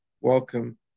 Welcome